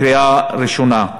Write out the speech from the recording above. קריאה ראשונה,